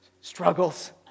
struggles